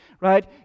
right